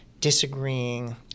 disagreeing